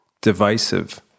Divisive